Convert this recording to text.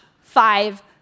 five